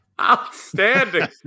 Outstanding